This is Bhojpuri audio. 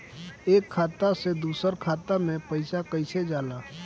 एक खाता से दूसर खाता मे पैसा कईसे जाला?